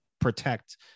protect